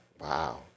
Wow